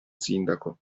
sindaco